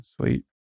sweet